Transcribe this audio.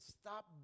Stop